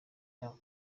yabo